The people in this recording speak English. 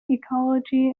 ecology